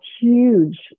huge